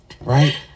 Right